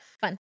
Fun